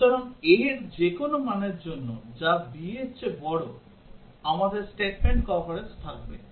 সুতরাং a এর যেকোনো মানের জন্য যা b এর চেয়ে বড় আমাদের statement কভারেজ থাকবে